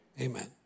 Amen